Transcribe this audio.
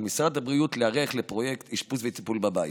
משרד הבריאות להיערך לפרויקט אשפוז וטיפול בבית.